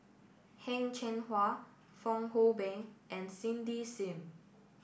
Heng Cheng Hwa Fong Hoe Beng and Cindy Sim